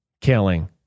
killing